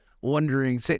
wondering